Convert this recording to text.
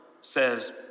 says